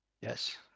Yes